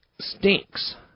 stinks